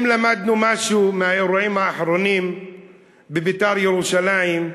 אם למדנו משהו מהאירועים האחרונים ב"בית"ר ירושלים",